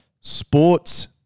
Sports